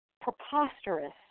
preposterous